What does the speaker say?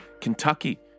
Kentucky